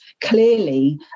clearly